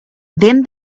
then